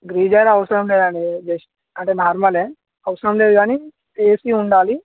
geyser అవసరం లేదండి just normal అవసరం లేదు కానీ ఏసీ ఉండాలి